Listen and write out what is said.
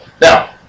Now